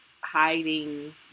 hiding